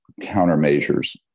countermeasures